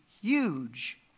huge